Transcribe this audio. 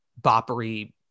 boppery